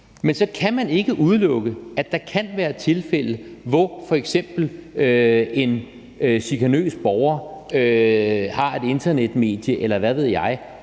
Men så kan man ikke udelukke, at der kan være tilfælde, hvor f.eks. en chikanøs borger har et internetmedie, eller hvad ved jeg,